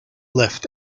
left